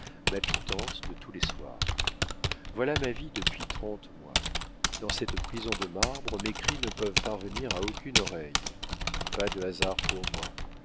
ma pitance de tous les soirs voilà ma vie depuis trente mois dans cette prison de marbre mes cris ne peuvent parvenir à aucune oreille pas de hasard pour moi